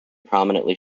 prominently